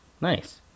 nice